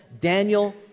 Daniel